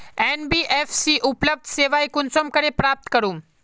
NBFC उपलब्ध सेवा कुंसम करे प्राप्त करूम?